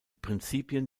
prinzipien